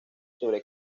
sobre